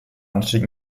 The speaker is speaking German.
anstieg